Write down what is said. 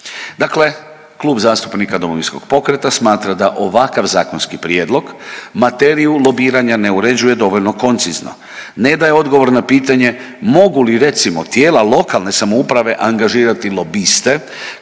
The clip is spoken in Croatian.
Dakle, Klub zastupnika Domovinskog pokreta smatra da ovakav zakonski prijedlog materiju lobiranja ne uređuje dovoljno koncizno, ne daje odgovor na pitanje mogu li, recimo, tijela lokalne samouprave angažirati lobiste